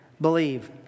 believe